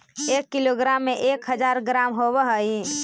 एक किलोग्राम में एक हज़ार ग्राम होव हई